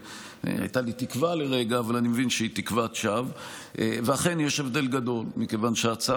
אבל אם משתמע מדברייך שאת סבורה שגם לפי שיטתי והרכב הוועדה